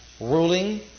ruling